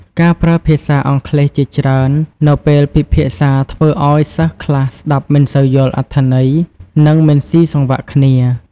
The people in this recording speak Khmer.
ការប្រើភាសាអង់គ្លេសជាច្រើននៅពេលពិភាក្សាធ្វើឱ្យសិស្សខ្លះស្តាប់មិនសូវយល់អត្ថន័យនិងមិនសុីសង្វាក់គ្នា។